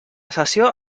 sessió